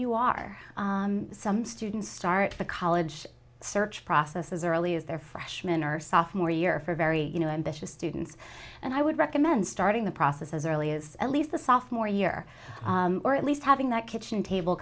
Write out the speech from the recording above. you are some students start the college search process as early as their freshman or sophomore year for very you know ambitious students and i would recommend starting the process as early as at least the sophomore year or at least having that kitchen table